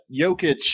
Jokic